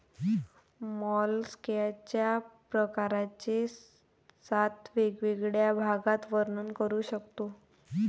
मॉलस्कच्या प्रकारांचे सात वेगवेगळ्या भागात वर्णन करू शकतो